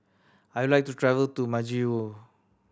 I would like to travel to Majuro